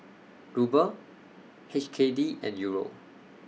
Ruble H K D and Euro